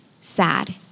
sad